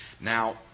Now